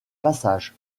passage